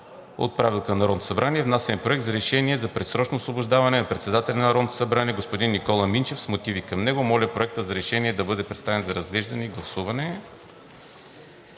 от Правилника на Народното събрание внасям Проект за решение за предсрочно освобождаване на председателя на Народното събрание господин Никола Минчев с мотиви към него. Моля Проектът за решение да бъде представен за разглеждане и гласуване.